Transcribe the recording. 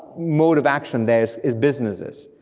mode of action there's is businesses,